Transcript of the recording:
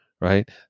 right